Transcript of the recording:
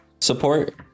support